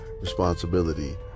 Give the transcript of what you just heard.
responsibility